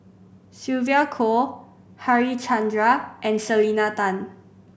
Sylvia Kho Harichandra and Selena Tan